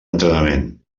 entrenament